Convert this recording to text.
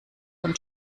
und